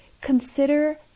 consider